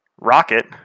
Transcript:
Rocket